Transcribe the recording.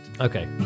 okay